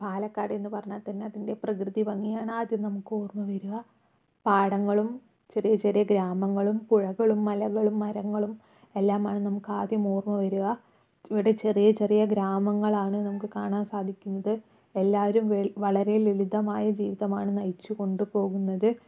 പാലക്കാട് എന്ന് പറഞ്ഞാൽ തന്നെ അതിൻ്റെ പ്രകൃതി ഭംഗി ആണ് ആദ്യം നമുക്ക് ഓർമ്മ വരുക പാടങ്ങളും ചെറിയ ചെറിയ ഗ്രാമങ്ങളും പുഴകളും മലകളും മരങ്ങളും എല്ലാമാണ് നമുക്ക് ആദ്യം ഓർമ്മ വരുക ഇവിടെ ചെറിയ ചെറിയ ഗ്രാമങ്ങളാണ് നമുക്ക് കാണാൻ സാധിക്കുന്നത് എല്ലാരും വളരെ ലളിതമായ ജീവിതമാണ് നയിച്ചു കൊണ്ടു പോകുന്നത്